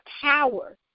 power